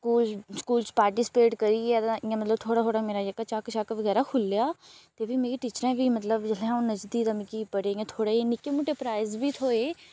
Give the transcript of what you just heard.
school school च participate करियै ते इ'यां मतलब थोह्ड़ा थोह्ड़ा मेरा झक्क छक्क बगैरा खु'ल्लेआ ते भी मिगी टीचरें बी मतलब जेल्लै अ'ऊं नच्चदी ही मिगी थोह्डे़ इ'यां निक्के मुट्टे प्राइज बी थ्होए